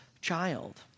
child